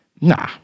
Nah